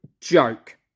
joke